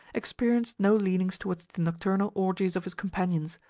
experienced no leanings towards the nocturnal orgies of his companions,